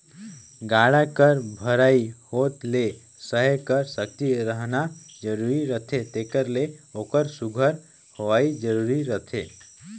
गाड़ा कर भरई होत ले सहे कर सकती रहना जरूरी रहथे तेकर ले ओकर सुग्घर होवई जरूरी रहथे